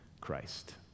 Christ